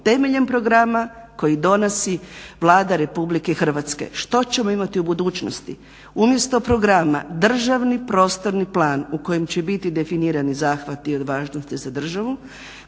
Temeljem programa koji donosi Vlada Republike Hrvatske. Što ćemo imati u budućnosti? Umjesto programa državni prostorni plan u kojem će biti definirani zahvati od važnosti za državu,